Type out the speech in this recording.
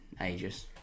ages